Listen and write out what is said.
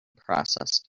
processed